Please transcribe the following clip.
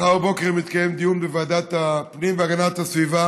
מחר בבוקר יתקיים דיון בוועדת הפנים והגנת הסביבה